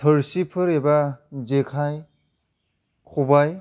थोरसिफोर एबा जेखाइ खबाय